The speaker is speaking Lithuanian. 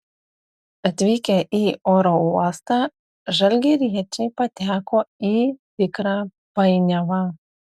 atvykę į oro uostą žalgiriečiai pateko į tikrą painiavą